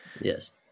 Yes